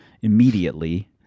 immediately